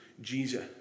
Jesus